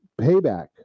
payback